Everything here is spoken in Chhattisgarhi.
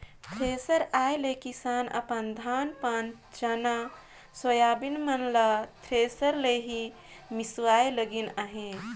थेरेसर आए ले किसान अपन धान पान चना, सोयाबीन मन ल थरेसर ले ही मिसवाए लगिन अहे